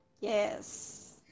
Yes